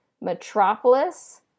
metropolis